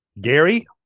Gary